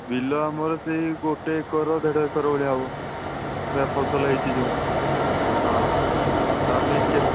ବିଲ ଆମର ସେହି ଗୋଟେ ଏକର ଦେଢ଼ ଏକର ଭଳିଆ ହେବ ଯା ଫସଲ ହେଇଛି ଯେଉଁ ହଁ ତା ପାଇଁ କେତ